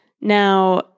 Now